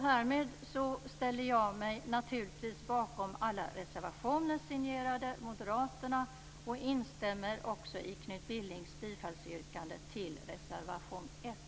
Härmed ställer jag mig naturligtvis bakom alla reservationer signerade Moderaterna och instämmer också i Knut Billings yrkande om bifall till reservation 1.